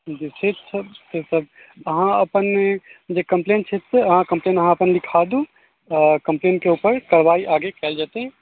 जे ठीक छै से सब अहाँ अपन जे कम्प्लेन छै से अहाँ कम्प्लेन अपन लिखादू आओर कम्प्लेनके उपर कारवाइ आगे कएल जेतै